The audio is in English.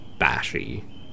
bashy